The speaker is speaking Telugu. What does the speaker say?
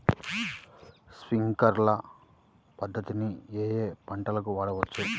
స్ప్రింక్లర్ పద్ధతిని ఏ ఏ పంటలకు వాడవచ్చు?